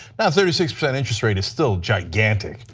but thirty six percent interest rate is still gigantic,